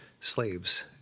slaves